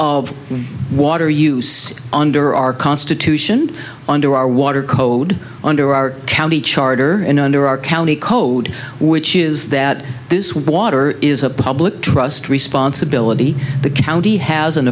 of water use under our constitution under our water code under our county charter and under our county code which is that this water is a public trust responsibility the county has an